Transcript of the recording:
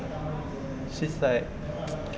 she's like